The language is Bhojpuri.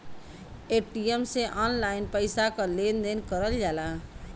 पेटीएम से ऑनलाइन पइसा क लेन देन करल जाला